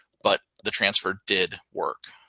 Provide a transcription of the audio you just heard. but the transfer did work.